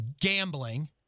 gambling